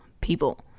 people